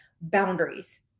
boundaries